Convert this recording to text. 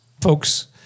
folks